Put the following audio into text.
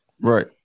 right